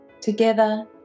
Together